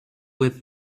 with